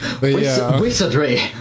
wizardry